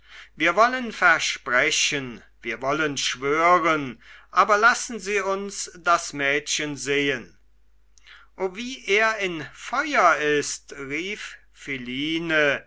wir wollen versprechen wir wollen schwören aber lassen sie uns das mädchen sehen o wie er in feuer ist rief philine